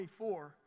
24